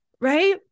Right